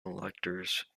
electors